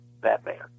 Batman